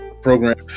program